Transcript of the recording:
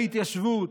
ההתיישבות,